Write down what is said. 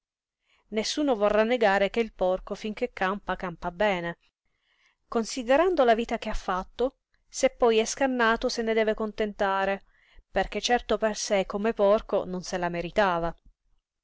nessuno vorrà negare che il porco finché campa campa bene considerando la vita che ha fatto se poi è scannato se ne deve contentare perché certo per sé come porco non se la meritava